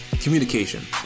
communication